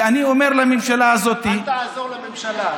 ואני אומר לממשלה הזאת, אל תעזור לממשלה.